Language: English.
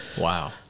Wow